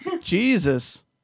Jesus